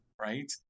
right